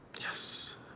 Yes